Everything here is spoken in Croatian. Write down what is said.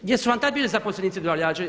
Gdje su vam tad bili zaposlenici, dobavljači?